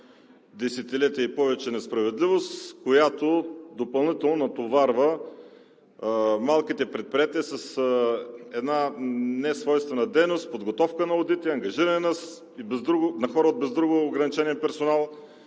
десетилетие и повече несправедливост, която допълнително натоварва малките предприятия с една несвойствена дейност – подготовка на одити, ангажиране на хора от и без друго ограничения персонал